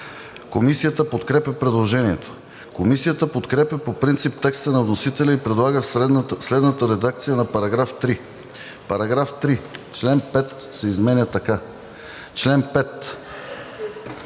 Комисията подкрепя предложението. Комисията подкрепя по принцип текста на вносителя и предлага следната редакция на § 3: „§ 3. Член 5 се изменя така: „Чл. 5.